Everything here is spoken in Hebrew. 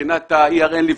מבחינת הבדיקה,